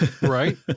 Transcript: right